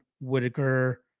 Whitaker